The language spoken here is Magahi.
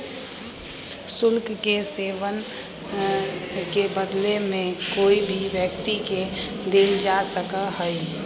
शुल्क के सेववन के बदले में कोई भी व्यक्ति के देल जा सका हई